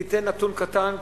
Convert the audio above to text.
ניתן נתון קטן,